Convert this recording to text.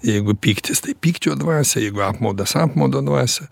jeigu pyktis tai pykčio dvasią jeigu apmaudas apmaudo dvasią